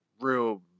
real